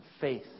faith